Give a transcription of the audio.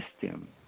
system